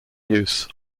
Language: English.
use